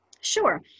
Sure